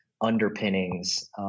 underpinnings